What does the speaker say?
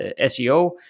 SEO